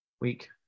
week